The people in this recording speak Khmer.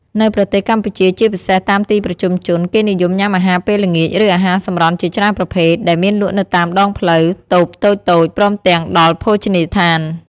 នៅប្រទេសកម្ពុជាជាពិសេសតាមទីប្រជុំជន គេនិយមញំុាអាហារពេលល្ងាច ឬអាហារសម្រន់ជាច្រើនប្រភេទ ដែលមានលក់នៅតាមដងផ្លូវ តូបតូចៗ ព្រមទាំងដល់ភោជនីយដ្ឋាន ។